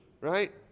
right